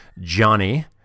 Johnny